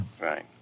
right